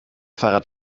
fahrrad